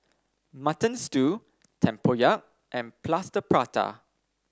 Mutton Stew Tempoyak and Plaster Prata